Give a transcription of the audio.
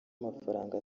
amafaranga